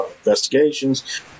investigations